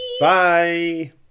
bye